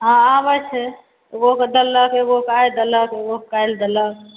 हँ अबय छै दुगो कऽ देलक एगोकऽ आइ देलक एगोकऽ काल्हि देलक